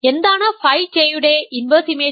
എന്താണ് phi J യുടെ inverse image